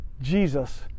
Jesus